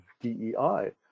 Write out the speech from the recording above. DEI